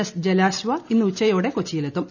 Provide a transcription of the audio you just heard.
S Jalashwa ഇന്ന് ഉച്ചുയോടെ കൊച്ചിയിലെത്തും